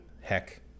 heck